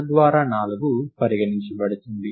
తర్వాత 4 పరిగణించబడుతుంది